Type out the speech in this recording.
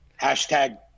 Hashtag